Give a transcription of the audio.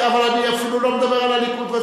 אבל אני אפילו לא מדבר על הליכוד.